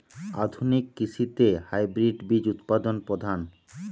আধুনিক কৃষিতে হাইব্রিড বীজ উৎপাদন প্রধান